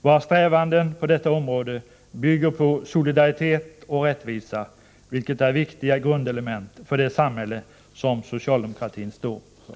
Våra strävanden på detta område bygger på solidaritet och rättvisa, som är viktiga grundelement för det samhälle som socialdemokratin står för.